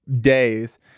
days